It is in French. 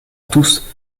tous